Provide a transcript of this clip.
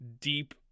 deep